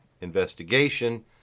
investigation